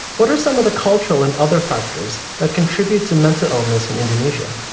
what are some of the cultural and other factors that contribute to mental illness in indonesia?